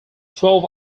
twelve